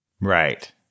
Right